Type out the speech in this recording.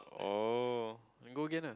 oh go again lah